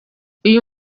uyu